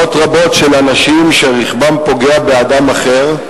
מאות רבות של אנשים שרכבם פוגע באדם אחר,